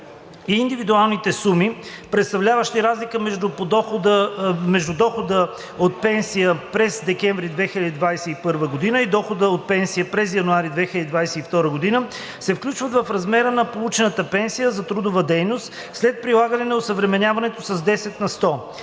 и индивидуалните суми, представляващи разликата между дохода от пенсия през декември 2021 г. и дохода от пенсия през януари 2022 г., се включват в размера на получаваната пенсия за трудова дейност, след прилагане на осъвременяването с 10 на сто;